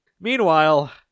Meanwhile